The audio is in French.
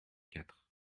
quatre